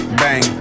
bang